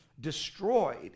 destroyed